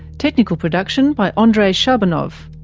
technical production by andrei shabunov,